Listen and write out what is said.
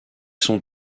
sont